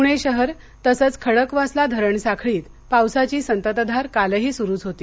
पुणे शहर तसंच खडकवासला धरणसाखळीत पावसाची संततधार कालही सुरूच होती